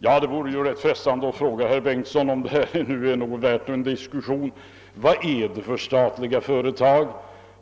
Om detta nu skall vara värt någon diskussion är det frestande att fråga herr Ericsson, i vilka statliga företag